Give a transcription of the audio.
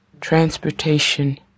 transportation